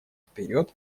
вперед